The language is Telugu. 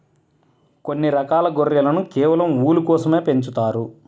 కొన్ని రకాల గొర్రెలను కేవలం ఊలు కోసమే పెంచుతారు